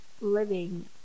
living